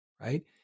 right